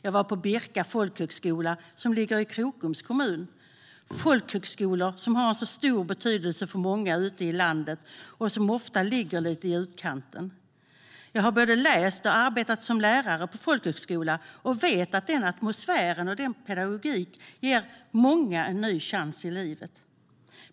Jag var på Birka folkhögskola, som ligger i Krokoms kommun. Folkhögskolor har en stor betydelse för många ute i landet och ligger ofta lite i utkanten. Jag har både läst och arbetat som lärare på folkhögskola och vet att den atmosfären och den pedagogiken ger många en ny chans i livet.